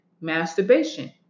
masturbation